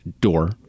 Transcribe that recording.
door